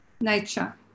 nature